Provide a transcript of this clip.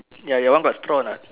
ya your one got straw or not